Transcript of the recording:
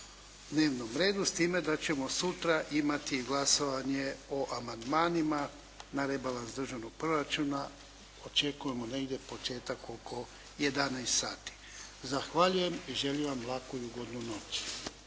dnevnom redu s time da ćemo sutra imati glasovanje o amandmanima na rebalans državnog proračuna. Očekujemo negdje početak oko 11 sati. Zahvaljujem i želim vam laku i ugodnu noć.